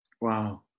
Wow